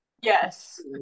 Yes